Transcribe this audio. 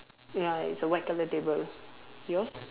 ya it's a white colour table yours